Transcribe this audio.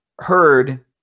heard